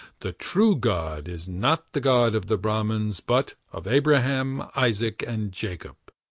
the true god is not the god of the brahmins, but of abraham, isaac, and jacob.